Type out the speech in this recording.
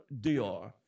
Dior